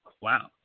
Wow